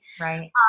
Right